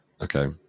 Okay